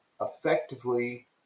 effectively